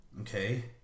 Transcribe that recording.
okay